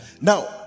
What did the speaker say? Now